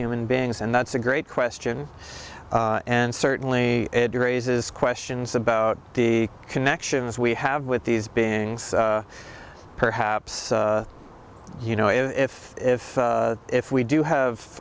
human beings and that's a great question and certainly raises questions about the connections we have with these beings perhaps you know if if if we do have